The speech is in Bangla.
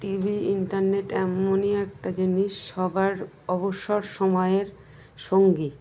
টিভি ইন্টারনেট এমনই একটা জিনিস সবার অবসর সময়ের সঙ্গী